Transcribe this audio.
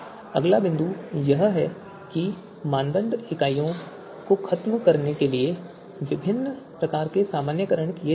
अगला बिंदु यह है कि मानदंड की इकाइयों को खत्म करने के लिए विभिन्न प्रकार के सामान्यीकरण किए जाते हैं